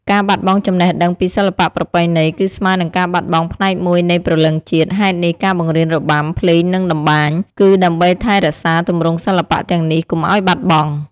ការបាត់បង់ចំណេះដឹងពីសិល្បៈប្រពៃណី គឺស្មើនឹងការបាត់បង់ផ្នែកមួយនៃព្រលឹងជាតិ ហេតុនេះ ការបង្រៀនរបាំ ភ្លេង និងតម្បាញ គឺដើម្បីថែរក្សាទម្រង់សិល្បៈទាំងនេះកុំឱ្យបាត់បង់។